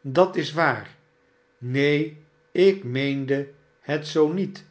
dat is waar neen ik meende het zoo niet